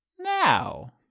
now